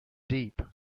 deep